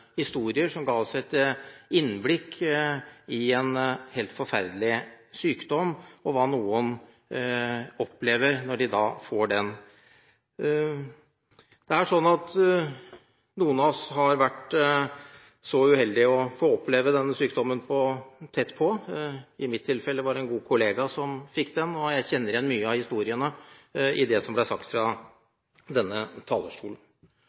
historier som ga oss et innblikk i en helt forferdelig sykdom og hva noen opplever når de får den. Noen av oss har vært så uheldige å få oppleve denne sykdommen tett på. I mitt tilfelle var det en god kollega som fikk den, og jeg kjenner igjen mye av historiene i det som ble sagt fra denne talerstol.